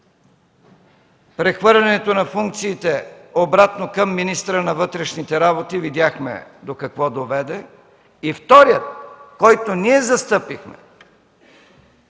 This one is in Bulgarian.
прехвърлянето на функциите обратно към министъра на вътрешните работи, видяхме до какво доведе. И вторият, който ние застъпихме